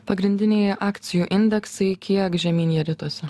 pagrindiniai akcijų indeksai kiek žemyn jie ritosi